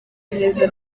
neza